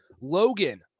Logan